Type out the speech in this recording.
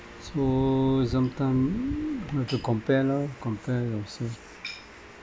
so sometime you have to compare lor compare yourself